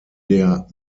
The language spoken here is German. der